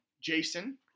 Jason